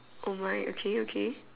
oh my okay okay